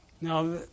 Now